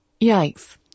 Yikes